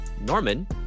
Norman